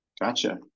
gotcha